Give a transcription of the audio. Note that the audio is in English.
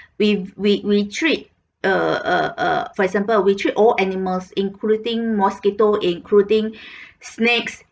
we we we treat err err err for example we treat all animals including mosquito including snakes